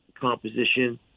composition